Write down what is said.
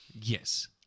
Yes